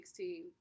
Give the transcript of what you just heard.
2016